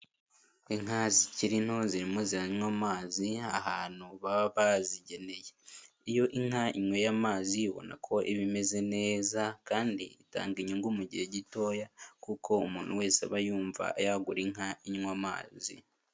Inka zikiri nto zirimo ziraywa amazi ahantu baba bazigeneye, iyo inka inyweye amazi ubona ko iba imeze neza kandi itanga inyungu mu gihe gitoya kuko umuntu wese aba yumva yagura inka inywa amazi.